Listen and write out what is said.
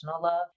love